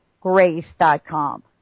Grace.com